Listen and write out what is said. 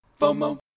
FOMO